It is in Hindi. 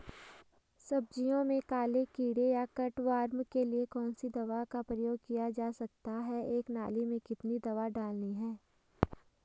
सब्जियों में काले कीड़े या कट वार्म के लिए कौन सी दवा का प्रयोग किया जा सकता है एक नाली में कितनी दवा डालनी है?